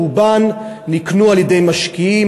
רובן נקנו על-ידי משקיעים,